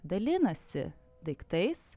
dalinasi daiktais